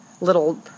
little